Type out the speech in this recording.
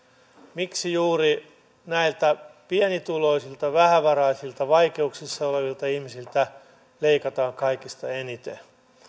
miksi juuri näiltä pienituloisilta vähävaraisilta vaikeuksissa olevilta ihmisiltä leikataan kaikista eniten